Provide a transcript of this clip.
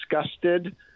disgusted